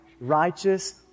righteous